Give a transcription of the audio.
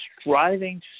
striving